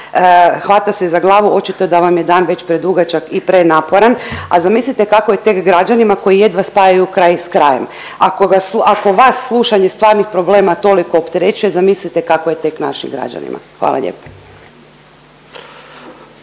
hvata se za glavu, očito da vam je dan već predugačak i prenaporan, a zamislite kako je tek građanima koji jedva spajaju kraj s krajem. Ako vas slušanje stvarnih problema toliko opterećuje zamislite kako je tek našim građanima. Hvala lijepa.